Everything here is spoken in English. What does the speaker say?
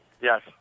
Yes